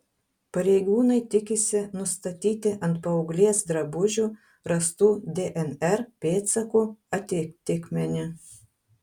pareigūnai tikisi nustatyti ant paauglės drabužių rastų dnr pėdsakų atitikmenį